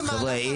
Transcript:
חבר'ה,